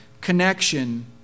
connection